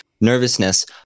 nervousness